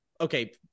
okay